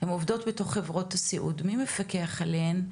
הן עובדות בתוך חברות הסיעוד ומי מפקח עליהן,